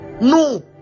No